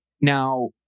Now